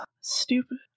Stupid